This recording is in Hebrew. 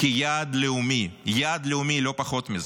כיעד לאומי, יעד לאומי, לא פחות מזה.